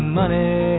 money